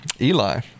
eli